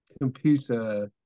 computer